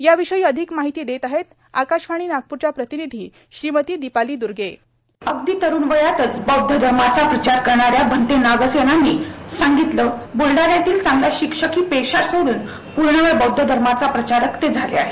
याविषयी अधिक माहिती देत आहेत आकाशवाणी नागपूरच्या प्रतिनिधी श्रीमती दीपाली दुर्गे साऊंड बाईट अगदी तरून वयातच बौद्ध धर्माचा प्रचार करणाऱ्या भन्ते नागसेनांनी सांगितले कि ब्लडाण्यातील चांगला शिक्षकी पेशा सोडून पूर्णवेळ बौद्ध धर्माचा प्रचारक ते झाले आहेत